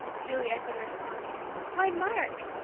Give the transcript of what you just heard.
julie echoed in astonishment. why, mark,